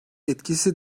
etkisi